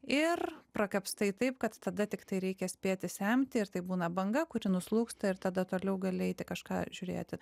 ir prakapstai taip kad tada tiktai reikia spėti semti ir tai būna banga kuri nuslūgsta ir tada toliau gali eiti kažką žiūrėti